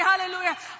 Hallelujah